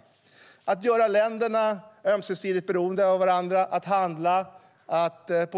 På så sätt blir länderna ömsesidigt beroende av varandra, kan handla med